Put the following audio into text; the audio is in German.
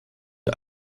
der